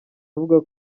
avuga